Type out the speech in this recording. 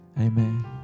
Amen